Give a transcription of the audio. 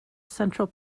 central